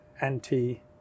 anti